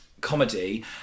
comedy